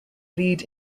lead